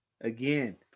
Again